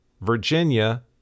Virginia